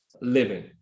living